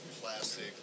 plastic